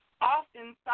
often